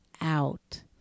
out